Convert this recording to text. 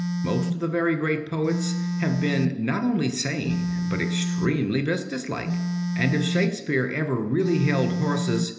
most of the very great poets have been not only sane, but extremely business-like and if shakespeare ever really held horses,